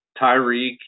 Tyreek